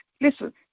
Listen